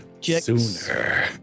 Sooner